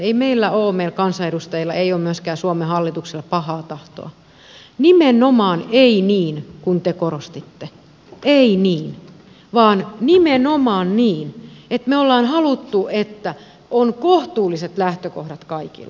ei meillä kansanedustajilla ole ei ole myöskään suomen hallituksella pahaa tahtoa nimenomaan ei niin kuin te korostitte ei niin vaan nimenomaan niin että me olemme halunneet että on kohtuulliset lähtökohdat kaikilla